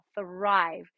thrive